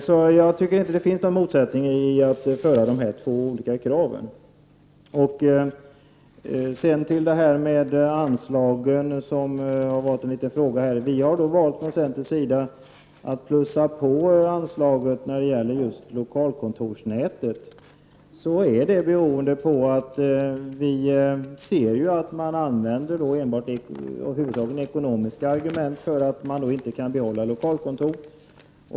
Jag tycker alltså inte att det finns någon motsättning i att framföra de här olika kraven. Sedan till den anslagsfråga som har diskuterats. Vi har från centerns sida valt att plussa på anslaget när det gäller lokalkontorsnätet. Det beror på att vi ser att man huvudsakligen anför ekonomiska argument för att man inte kan behålla lokalkontor.